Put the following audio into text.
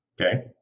Okay